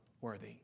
worthy